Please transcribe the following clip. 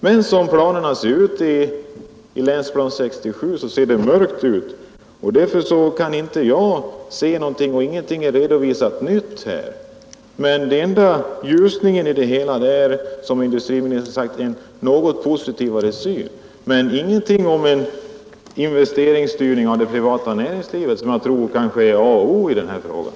Men enligt vad som framgår av Länsplan 67 ser det mörkt ut, och ingenting nytt har redovisats här. Den enda ljuspunkten i vad industriministern sagt är en något positivare syn, men där finns ingenting om en styrning av det privata näringslivets investeringar, något som jag tror är Aoch Oi den här frågan.